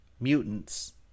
mutants